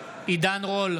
רול,